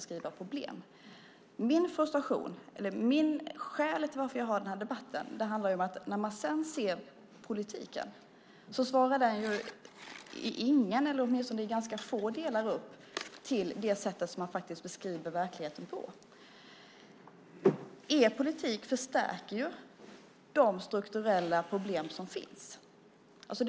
Skälet till att vi har denna debatt är att när man sedan ser politiken svarar den inte i någon del, eller åtminstone i ganska få delar, upp till det sätt som man beskriver verkligheten på. Er politik förstärker de strukturella problem som finns.